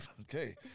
okay